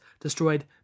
destroyed